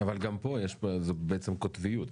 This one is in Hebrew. אבל גם פה, יש בעצם קוטביות.